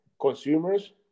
Consumers